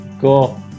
cool